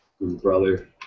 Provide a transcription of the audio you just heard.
brother